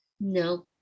no